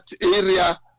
area